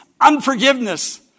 unforgiveness